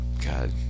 god